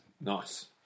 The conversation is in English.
Nice